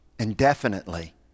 Indefinitely